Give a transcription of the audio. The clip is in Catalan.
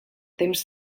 temps